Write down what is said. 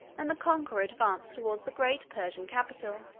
and the conqueror advanced toward the great persian capital.